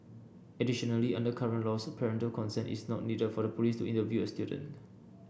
additionally under current laws parental consent is not needed for the police to interview a student